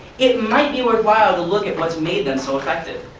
it might be worthwhile to look at what's made them so effective.